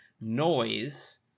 Noise